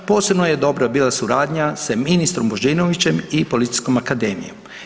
Posebno je dobra bila suradnja sa ministrom Božinovićem i Policijskom akademijom.